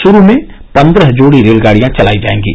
श्रू में पन्द्रह जोड़ी रेलगाडियां चलाई जाएंगी